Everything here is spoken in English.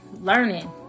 learning